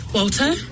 Walter